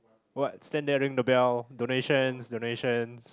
what stand there ring the bell donations donations